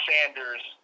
Sanders